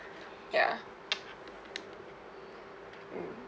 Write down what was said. ya mm